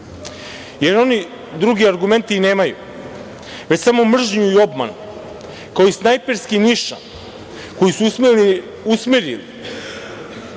jer oni drugi argumenti i nemaju, već samo mržnju i obmane, kao i snajperski nišan koji su usmerili ka